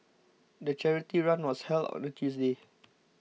the charity run was held on a Tuesday